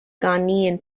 ghanaian